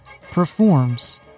performs